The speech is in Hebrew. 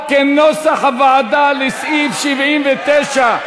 ההסתייגויות לסעיף 79,